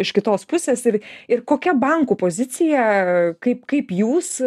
iš kitos pusės ir ir kokia bankų pozicija kaip kaip jūs